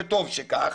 וטוב שכך,